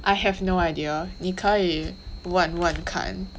I have no idea 你可以问问看